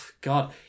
God